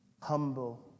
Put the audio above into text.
humble